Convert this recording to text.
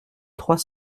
trois